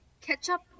ketchup